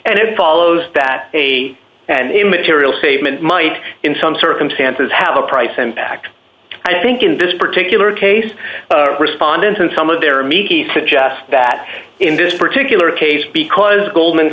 and in follows that a and immaterial statement might in some circumstances have a price and back i think in this particular case respondents in some of their miki suggest that in this particular case because goldman